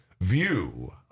view